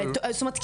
זאת אומרת,